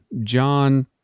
John